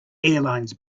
airlines